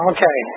Okay